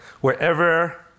wherever